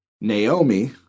Naomi